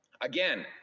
again